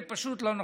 זה פשוט לא נכון.